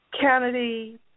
Kennedy